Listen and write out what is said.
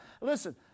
Listen